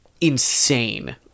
insane